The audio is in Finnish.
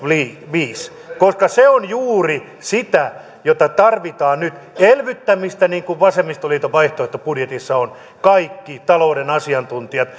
viisi koska se on juuri sitä mitä tarvitaan nyt elvyttämistä niin kuin vasemmistoliiton vaihtoehtobudjetissa on kaikki talouden asiantuntijat